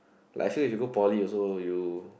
like I feel if you go Poly also you